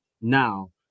now